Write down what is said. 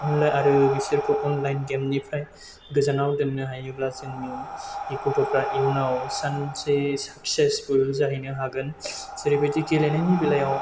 आरो बिसोरखौ अनलाइन गेमनिफ्राय गोजानाव दोननो हायोब्ला जोंनि गथ'फोरा इयुनाव सानसे साक्सेसफुल जाहैनो हागोन जेरैबायदि गेलेनायनि बेलायाव